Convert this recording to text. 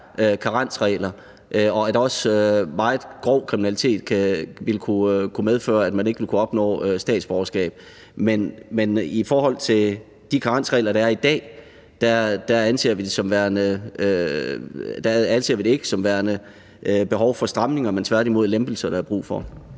at der er karensregler, og at meget grov kriminalitet vil kunne medføre, at man ikke vil kunne opnå statsborgerskab. Men i forhold til de karensregler, der er i dag, anser vi ikke, at der er behov for stramninger, men at det tværtimod er lempelser, der er brug for.